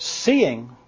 seeing